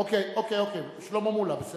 אוקיי, אוקיי, שלמה מולה.